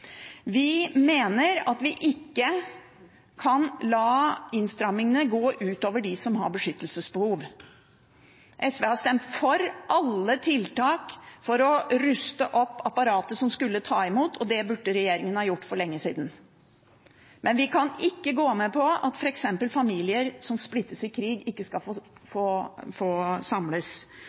Vi mener at vi ikke kan la innstrammingene gå ut over dem som har beskyttelsesbehov. SV har stemt for alle tiltak for å ruste opp apparatet som skulle ta imot, og det burde regjeringen ha gjort for lenge siden. Men vi kan ikke gå med på at f.eks. familier som splittes i krig, ikke skal få samles.